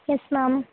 yes ma'am